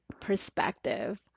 perspective